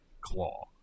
claw